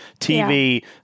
TV